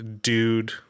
dude